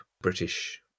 British